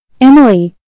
Emily